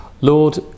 Lord